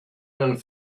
and